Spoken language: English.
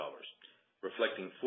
reflecting